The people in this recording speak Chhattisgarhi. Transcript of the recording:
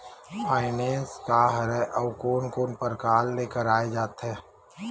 फाइनेंस का हरय आऊ कोन कोन प्रकार ले कराये जाथे?